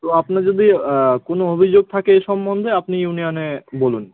তো আপনার যদি কোনো অভিযোগ থাকে এ সম্বন্ধে আপনি ইউনিয়নে বলুন